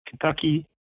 Kentucky